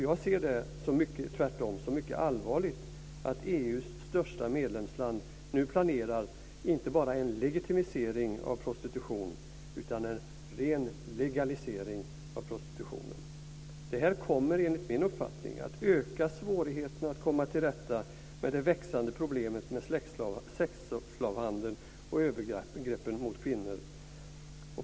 Jag ser det tvärtom som mycket allvarligt att EU:s största medlemsland nu planerar inte bara en legitimering av prostitutionen utan en ren legalisering. Det här kommer enligt min uppfattning att öka svårigheterna att komma till rätta med det växande problemet med sexslavhandel och övergrepp mot kvinnor.